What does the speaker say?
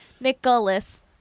Nicholas